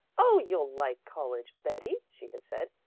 oh, you'll like college, betty, she had said.